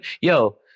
yo